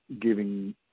giving